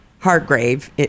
Hargrave